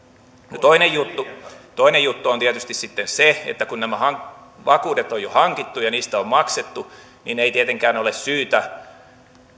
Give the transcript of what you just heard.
no toinen juttu toinen juttu on tietysti sitten se että kun nämä vakuudet on jo hankittu ja niistä on maksettu ei tietenkään ole syytä